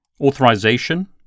Authorization